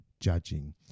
judging